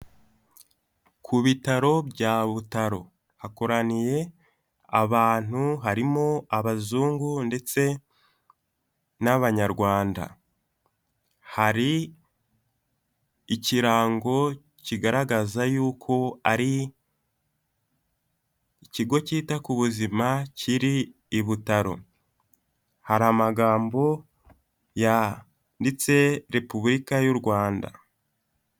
Ku bitaro bya Butaro, hakoraniye abantu harimo abazungu ndetse n'Abanyarwanda, hari ikirango kigaragaza y'uko ari ikigo cyita ku buzima kiri i Butaro, hari amagambo yanditse Repubulika y'u Rwanda.